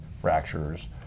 fractures